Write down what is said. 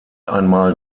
einmal